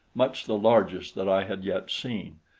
much the largest that i had yet seen,